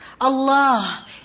Allah